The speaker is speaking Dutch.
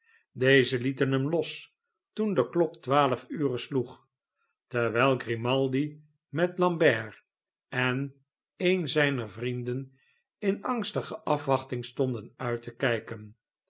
deze lieten hem los toen de klok twaalf ure sloeg terwijl grimaldi met lambert en een zijner vrienden in angstige verwachting stonden uit te kijken